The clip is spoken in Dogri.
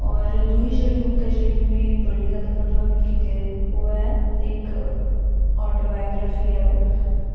होर दूई जेह्ड़ी बुक ऐ जेह्ड़ी मी बड़ी जैदा प्रभावत कीती ऐ ओह् ऐ इक आटोबोयोग्राफी ऐ ओह्